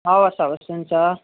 हवस् हवस् हुन्छ